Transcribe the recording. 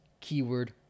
keyword